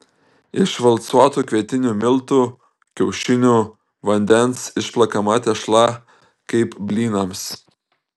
iš valcuotų kvietinių miltų kiaušinių vandens išplakama tešla kaip blynams